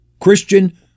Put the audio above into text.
Christian